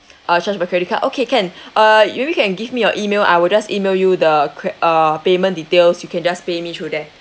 uh charge it by credit card okay can uh maybe can give me your email I will just email you the cre~ uh payment details you can just pay me through there